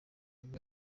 nibwo